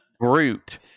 Groot